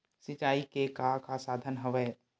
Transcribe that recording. सिंचाई के का का साधन हवय?